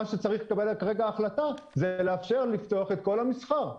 צריך לקבל כרגע החלטה לאפשר לפתוח את כל המסחר.